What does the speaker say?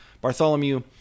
Bartholomew